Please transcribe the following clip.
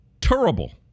terrible